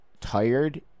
tired